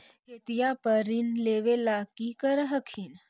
खेतिया पर ऋण लेबे ला की कर हखिन?